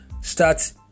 start